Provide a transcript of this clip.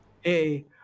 hey